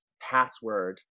password